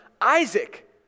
Isaac